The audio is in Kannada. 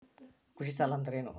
ಕೃಷಿ ಸಾಲ ಅಂದರೇನು?